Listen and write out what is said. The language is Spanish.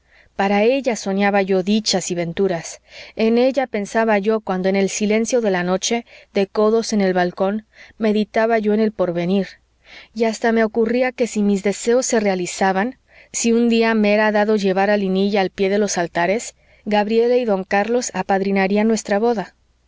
para ella soñaba yo dichas y venturas en ella pensaba yo cuando en el silencio de la noche de codos en el balcón meditaba yo en lo porvenir y hasta me ocurría que si mis deseos se realizaban si un día me era dado llevar a linilla al pie de los altares gabriela y don carlos apadrinarían nuestra boda